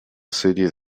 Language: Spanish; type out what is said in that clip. serie